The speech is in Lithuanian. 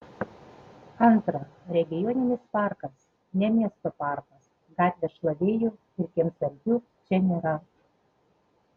antra regioninis parkas ne miesto parkas gatvės šlavėjų ir kiemsargių čia nėra